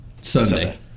Sunday